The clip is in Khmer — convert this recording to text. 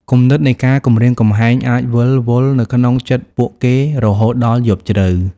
គំនិតនៃការគំរាមកំហែងអាចវិលវល់នៅក្នុងចិត្តពួកគេរហូតដល់យប់ជ្រៅ។